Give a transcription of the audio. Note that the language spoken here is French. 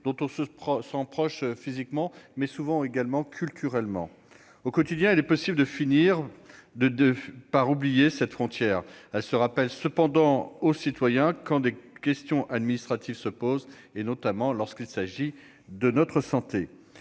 non seulement physiquement, mais souvent aussi culturellement. Au quotidien, il est possible de finir par oublier cette frontière. Elle se rappelle cependant aux citoyens quand des questions administratives se posent, notamment lorsqu'il s'agit de se faire